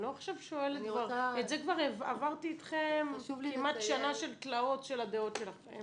כבר עברתי אתכם כמעט שנה של תלאות של הדעות שלכם